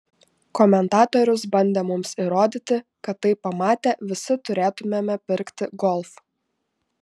komentatorius bandė mums įrodyti kad tai pamatę visi turėtumėme pirkti golf